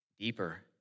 Deeper